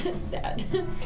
Sad